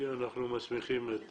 אנחנו מסמיכים את